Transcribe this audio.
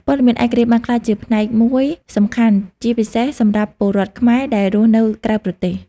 ព័ត៌មានឯករាជ្យបានក្លាយជាផ្នែកមួយសំខាន់ជាពិសេសសម្រាប់ពលរដ្ឋខ្មែរដែលរស់នៅក្រៅប្រទេស។